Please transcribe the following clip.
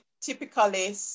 typically